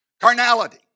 carnality